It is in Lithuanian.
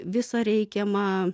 visą reikiamą